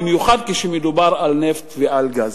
במיוחד כאשר מדובר על נפט ועל גז.